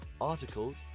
articles